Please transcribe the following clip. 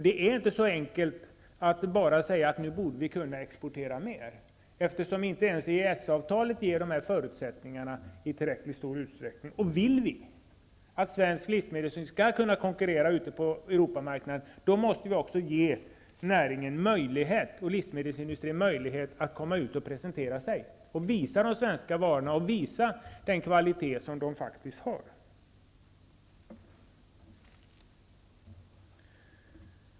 Det är inte så enkelt som att bara säga att nu borde vi kunna exportera mer, eftersom inte ens EES avtalet ger de förutsättningarna i tillräckligt stor utsträckning. Vill vi att svensk livsmedelsindustri skall kunna konkurrera på Europamarknaden, måste vi också ge jordbruksnäringen och livsmedelsindustrin möjlighet att komma ut och presentera sig, visa de svenska varorna och den kvalitet som de faktiskt har.